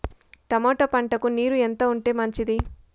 Tomato పంటకు నీరు ఎంత ఉంటే మంచిది?